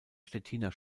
stettiner